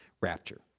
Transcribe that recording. rapture